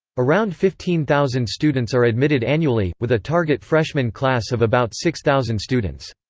around fifteen thousand students are admitted annually, with a target freshman class of about six thousand students.